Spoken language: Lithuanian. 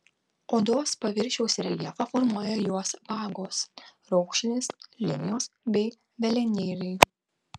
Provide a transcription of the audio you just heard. odos paviršiaus reljefą formuoja jos vagos raukšlės linijos bei velenėliai